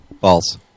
False